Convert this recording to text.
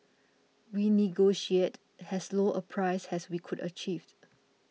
we negotiated as low a price as we could achieve